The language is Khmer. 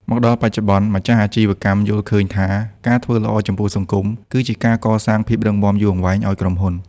មកដល់បច្ចុប្បន្ន ម្ចាស់អាជីវកម្មយល់ឃើញថា ការធ្វើល្អចំពោះសង្គម គឺជាការកសាងភាពរឹងមាំយូរអង្វែងឱ្យក្រុមហ៊ុន។